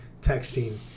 texting